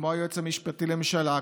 כמו היועץ המשפטי לממשלה,